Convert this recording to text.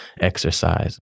exercise